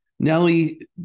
Nelly